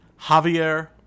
Javier